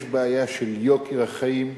יש בעיה של יוקר החיים,